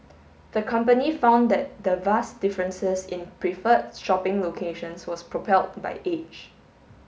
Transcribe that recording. the company found that the vast differences in preferred shopping locations was propelled by age